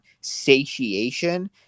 satiation